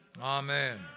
Amen